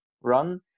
run